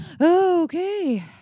okay